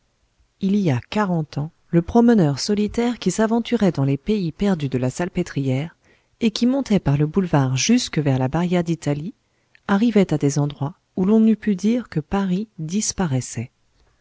il y a quarante ans le promeneur solitaire qui s'aventurait dans les pays perdus de la salpêtrière et qui montait par le boulevard jusque vers la barrière d'italie arrivait à des endroits où l'on eût pu dire que paris disparaissait